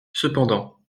cependant